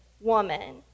woman